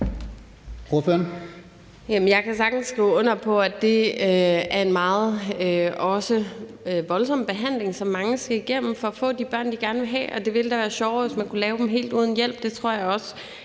jeg kan sagtens skrive under på, at det også er en voldsom behandling, som mange skal igennem for at få de børn, de gerne vil have, og det ville da være sjovere, hvis man kunne lave dem helt uden hjælp;